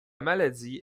maladie